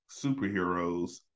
superheroes